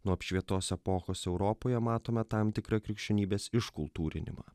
nuo apšvietos epochos europoje matome tam tikrą krikščionybės iškultūrinimą